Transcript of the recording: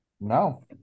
No